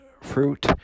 fruit